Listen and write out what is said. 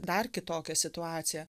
dar kitokia situacija